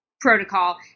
protocol